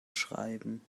schreiben